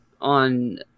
on